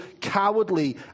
cowardly